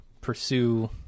pursue